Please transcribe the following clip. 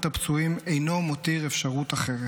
הפצועים אינו מותיר אפשרות אחרת.